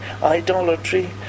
idolatry